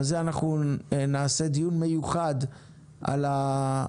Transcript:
נערוך דיון מיוחד על מה שהוא